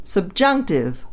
Subjunctive